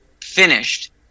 finished